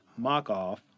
Mockoff